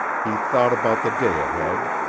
he thought about the day ahead.